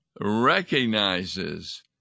recognizes